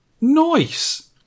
Nice